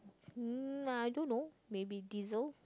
mm I don't know maybe diesel